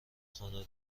خانه